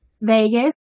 Vegas